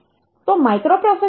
તો માઇક્રોપ્રોસેસર શું છે